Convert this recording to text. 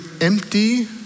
empty